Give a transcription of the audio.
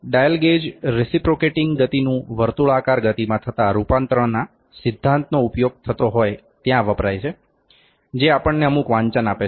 dial gauge reciprocating ગતિનું વર્તુળાકાર ગતિમા થતા રૂપાંતરણના સિદ્ધાંતનો ઉપયોગ થતો હોય્ ત્યાં વપરાય છે જે આપણને અમુક વાંચન આપે છે